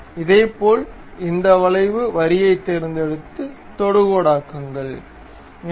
இதேபோல் இந்த வளைவு வரியைத் தேர்ந்தெடுத்து தொடுகோடக்குங்கள்